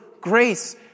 grace